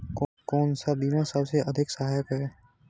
कौन सा बीमा सबसे अधिक सहायक है?